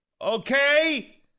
okay